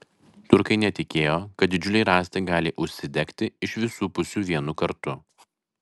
turkai netikėjo kad didžiuliai rąstai gali užsidegti iš visų pusių vienu kartu